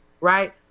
right